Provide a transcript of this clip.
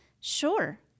Sure